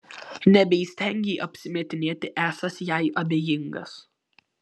nebeįstengei apsimetinėti esąs jai abejingas